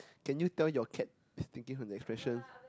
can you tell your cat is thinking from the expression